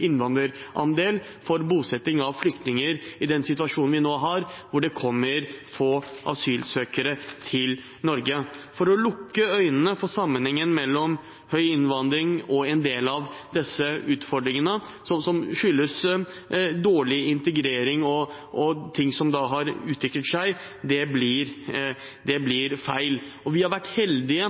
innvandrerandel – for bosetting av flyktninger i den situasjonen vi nå har, hvor det kommer få asylsøkere til Norge. For det å lukke øynene for sammenhengen mellom høy innvandring og en del av disse utfordringene som skyldes dårlig integrering og ting som har utviklet seg, blir feil. Vi har vært heldige